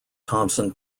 thompson